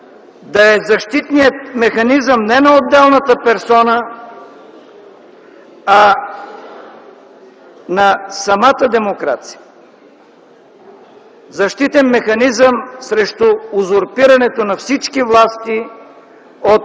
да е защитният механизъм не на отделната персона, а на самата демокрация – защитен механизъм срещу узурпирането на всички власти от